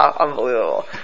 unbelievable